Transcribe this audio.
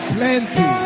Plenty